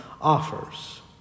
offers